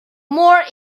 more